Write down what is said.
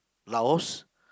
Laos